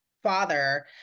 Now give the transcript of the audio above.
father